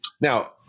now